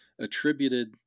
attributed